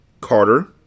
Carter